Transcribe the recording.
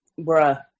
bruh